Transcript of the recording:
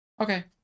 Okay